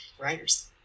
writers